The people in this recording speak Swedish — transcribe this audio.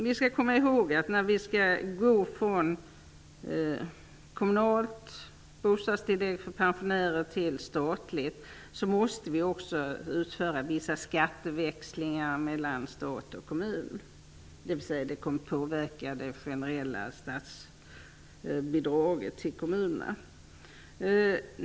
Vi skall komma ihåg att när vi skall övergå från kommunalt bostadstillägg för pensionärer till ett statligt sådant måste vi också utföra vissa skatteväxlingar mellan stat och kommun, vilka kommer att påverka det generella statsbidraget till kommunerna.